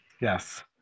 Yes